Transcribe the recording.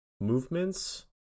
movements